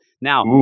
Now